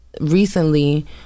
recently